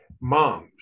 moms